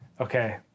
Okay